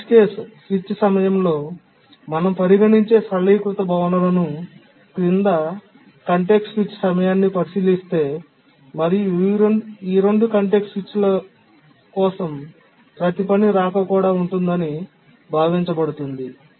worst case switch సమయంలో మనం పరిగణించే సరళీకృత భావనలు క్రింద కాంటెక్స్ట్ స్విచ్ సమయాన్ని పరిశీలిస్తే మరియు ఈ 2 కాంటెక్స్ట్ స్విచ్ల కోసం ప్రతి పని రాక కూడా ఉంటుందని భావించబడుతుంది